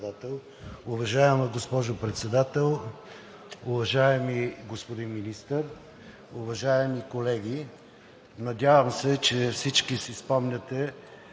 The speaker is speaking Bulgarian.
Уважаема госпожо Председател, уважаеми господин Министър, уважаеми колеги! Надявам се, че всички си спомняте